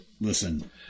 Listen